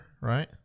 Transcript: right